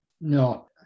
No